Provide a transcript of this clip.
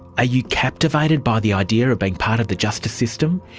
ah you captivated by the idea of being part of the justice system?